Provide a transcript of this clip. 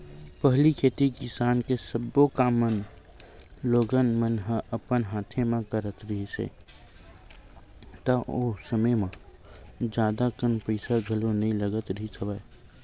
पहिली खेती किसानी के सब्बो काम मन लोगन मन ह अपन हाथे म करत रिहिस हे ता ओ समे म जादा कन पइसा घलो नइ लगत रिहिस हवय